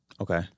Okay